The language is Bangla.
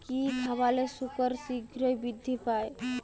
কি খাবালে শুকর শিঘ্রই বৃদ্ধি পায়?